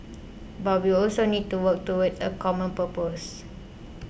but we also need to work towards a common purpose